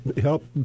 help